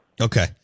Okay